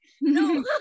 no